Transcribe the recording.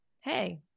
Hey